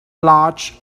large